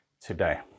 today